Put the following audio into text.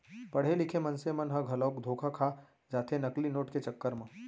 पड़हे लिखे मनसे मन ह घलोक धोखा खा जाथे नकली नोट के चक्कर म